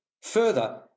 Further